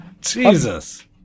Jesus